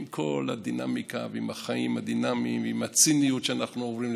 עם כל הדינמיקה ועם החיים הדינמיים ועם הציניות שאנחנו עוברים,